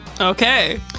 Okay